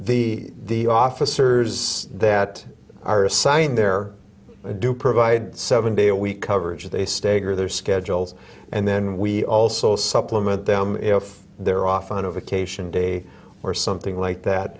the the officers that are assigned there do provide seven day a week coverage they stagger their schedules and then we also supplement them if they're off on a vacation day or something